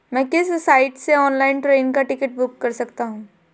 मैं किस साइट से ऑनलाइन ट्रेन का टिकट बुक कर सकता हूँ?